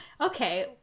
okay